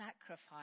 sacrifice